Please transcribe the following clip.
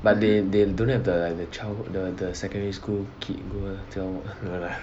but they they don't have the like the childhood the the secondary school kid no lah